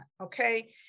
okay